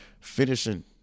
finishing